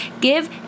give